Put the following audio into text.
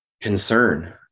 concern